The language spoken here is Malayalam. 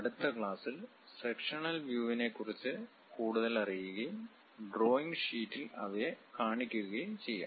അടുത്ത ക്ലാസ്സിൽസെക്ഷണൽ വുവിനെ കുറിച്ച് കൂടുതലറിയുകയും ഡ്രോയിംഗ് ഷീറ്റിൽ അവയെ കാണിക്കുകയും ചെയ്യാം